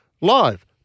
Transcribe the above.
live